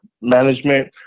management